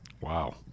Wow